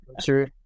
true